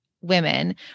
women